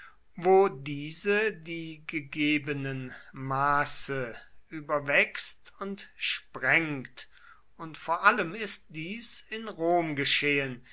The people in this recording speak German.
wo diese die gegebenen maße überwächst und sprengt und vor allem ist dies in rom geschehen